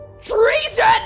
treason